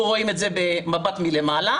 רואים את זה במבט מלמעלה.